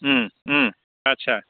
आस्सा